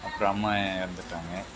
அப்புறம் அம்மா இறந்துட்டாங்க